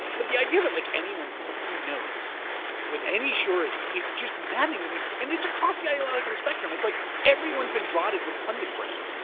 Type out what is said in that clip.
but the idea that like anyone f but knows with any surety is just maddening to me, and it's across the ideological spectrum. it's like everyone's been rotted with pundit brain.